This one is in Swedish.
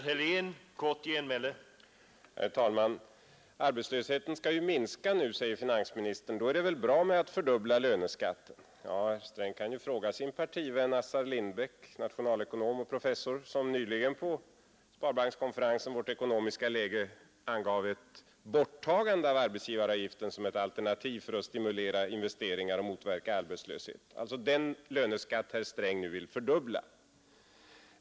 Herr talman! Arbetslösheten skall ju minska nu, säger finansministern, och då är det väl bra att fördubbla löneskatten. Ja, herr Sträng kan ju fråga sin partivän Assar Lindbeck, nationalekonom och professor, som nyligen på sparbankskonferensen ”Vårt ekonomiska läge” angav ett borttagande av arbetsgivaravgiften som ett alternativ för att stimulera investeringar och motverka arbetslöshet. Det gäller alltså den löneskatt herr Sträng nu vill fördubbla.